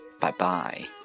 Bye-bye